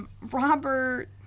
Robert